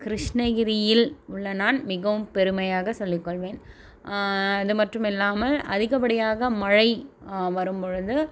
கிருஷ்ணகிரியில் உள்ள நான் மிகவும் பெருமையாக சொல்லிக்கொள்வேன் அதுமட்டுமில்லாமல் அதிகப்படியாக மழை வரும்பொழுது